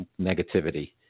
negativity